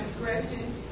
transgression